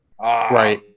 Right